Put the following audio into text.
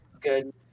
good